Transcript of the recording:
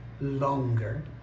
longer